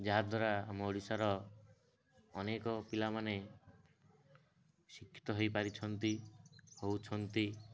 ଯାହାଦ୍ୱାରା ଆମ ଓଡ଼ିଶାର ଅନେକ ପିଲାମାନେ ଶିକ୍ଷିତ ହେଇପାରିଛନ୍ତି ହେଉଛନ୍ତି